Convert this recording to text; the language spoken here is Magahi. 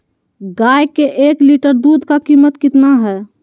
गाय के एक लीटर दूध का कीमत कितना है?